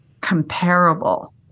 comparable